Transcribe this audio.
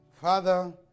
Father